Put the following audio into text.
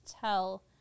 tell